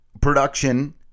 production